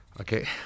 Okay